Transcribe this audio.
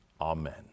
Amen